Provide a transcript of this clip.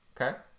Okay